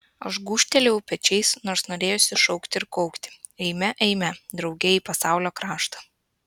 aš gūžtelėjau pečiais nors norėjosi šaukti ir kaukti eime eime drauge į pasaulio kraštą